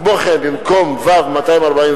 כמו כן, במקום "ו-249"